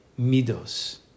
midos